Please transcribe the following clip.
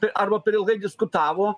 tai ar per ilgai diskutavo